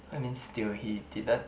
what you mean still he didn't